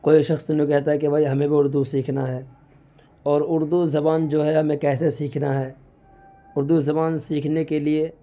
کوئی شخص نوں کہتا ہے کہ بھئی ہمیں بھی اردو سیکھنا ہے اور اردو زبان جو ہے ہمیں کیسے سیکھنا ہے اردو زبان سیکھنے کے لیے